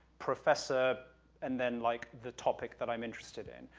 professor and then, like, the topic that i'm interested in.